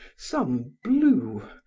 some blue,